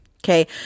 Okay